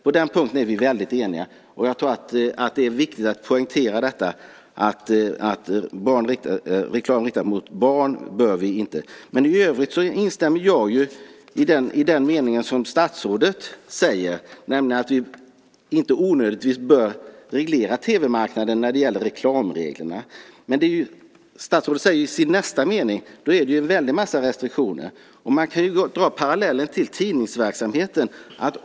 På den punkten är vi eniga. Jag tror att det är viktigt att poängtera att vi inte bör ha reklam riktad till barn. I övrigt instämmer jag i den mening som statsrådet säger, nämligen att vi inte onödigtvis bör reglera tv-marknaden när det gäller reklamreglerna. Men det statsrådet säger i sin nästa mening gäller en väldig massa restriktioner. Man kan dra parallellen till tidningsverksamheten.